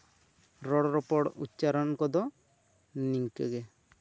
ᱨᱚᱲ ᱨᱚᱯᱚᱲ ᱩᱪᱪᱟᱨᱚᱱ ᱠᱚᱫᱚ ᱱᱤᱝᱠᱟᱹᱜᱮ